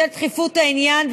בשל דחיפות העניין,